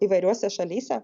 įvairiose šalyse